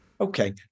Okay